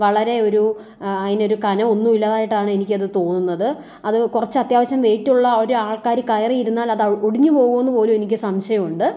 വളരെ ഒരു അതിനൊരു കനം ഒന്നും ഇല്ലാതായിട്ടാണ് എനിക്ക് അത് തോന്നുന്നത് അത് കുറച്ച് അത്യാവശ്യം വെയിറ്റ് ഉള്ള ഒരു ആൾക്കാർ കയറി ഇരുന്നാൽ അത് ഒടിഞ്ഞു പോകുമോ എന്ന് പോലും എനിക്ക് സംശയമുണ്ട്